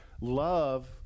Love